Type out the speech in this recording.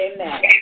Amen